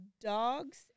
dogs